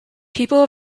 people